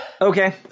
Okay